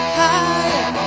higher